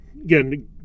again